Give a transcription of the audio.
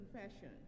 confession